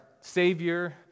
Savior